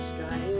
Sky